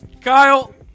Kyle